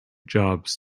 jobs